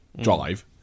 drive